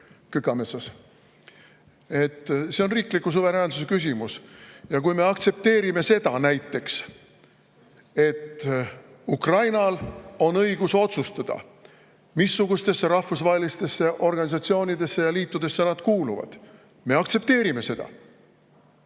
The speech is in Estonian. See on riikliku suveräänsuse küsimus.Me aktsepteerime näiteks seda, et Ukrainal on õigus otsustada, missugustesse rahvusvahelistesse organisatsioonidesse ja liitudesse nad kuuluvad. Me aktsepteerime seda.